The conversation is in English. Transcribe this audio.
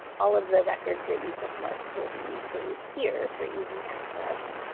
all of the records that you've bookmarked will be saved here for easy access.